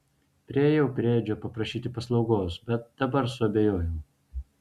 priėjau prie edžio paprašyti paslaugos bet dabar suabejojau